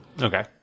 okay